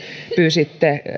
pyysitte